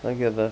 I get that